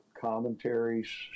commentaries